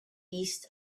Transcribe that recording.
east